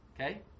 Okay